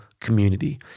community